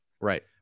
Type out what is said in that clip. Right